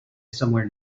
somewhere